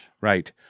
right